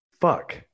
Fuck